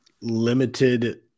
limited